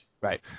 Right